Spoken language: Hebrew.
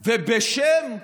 בשם,